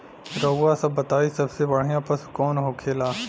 रउआ सभ बताई सबसे बढ़ियां पशु कवन होखेला?